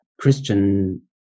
Christian